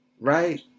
right